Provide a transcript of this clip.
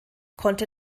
konnte